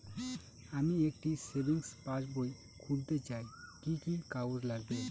আমি একটি savings passbook খুলতে চাই কি কি কাগজ লাগবে?